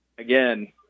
Again